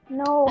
no